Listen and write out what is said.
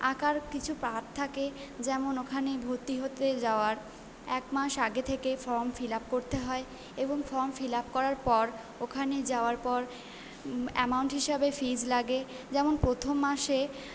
আঁকার কিছু পার্ট থাকে যেমন ওখানে ভর্তি হতে যাওয়ার এক মাস আগে থেকে ফর্ম ফিল আপ করতে হয় এবং ফর্ম ফিল আপ করার পর ওখানে যাওয়ার পর অ্যামাউন্ট হিসাবে ফিস লাগে যেমন প্রথম মাসে